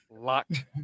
locked